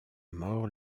mort